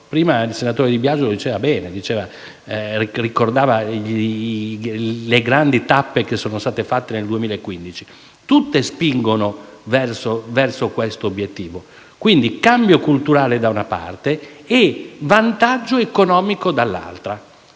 fa il senatore Di Biagio lo ha detto bene, ricordando le grandi tappe che sono state fatte nel 2015, che spingono tutte verso questo obiettivo. Occorrono, quindi, cambio culturale, da una parte, e vantaggio economico, dall'altra.